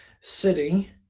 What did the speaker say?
city